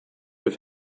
have